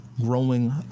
growing